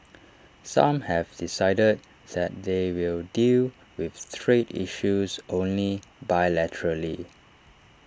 some have decided that they will deal with trade issues only bilaterally